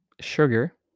sugar